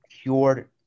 cured